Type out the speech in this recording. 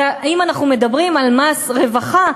ואם אנחנו מדברים על מס רווחה,